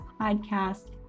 podcast